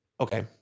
Okay